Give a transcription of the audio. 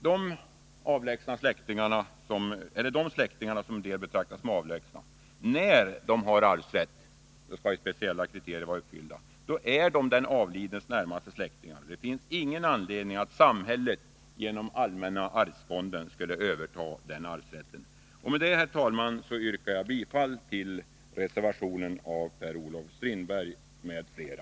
Dessa släktingar, som en del betraktar som avlägsna, är — när de har arvsrätt, och då skall ju speciella kriterier vara uppfyllda — den avlidnes närmaste släktingar, och det finns ingen anledning att samhället genom allmänna arvsfonden skulle överta denna arvsrätt. Jag yrkar därmed bifall till reservationen av Per-Olof Strindberg m.fl.